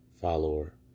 follower